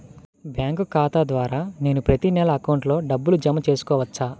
Bank ఖాతా ద్వారా నేను ప్రతి నెల అకౌంట్లో డబ్బులు జమ చేసుకోవచ్చా?